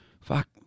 fuck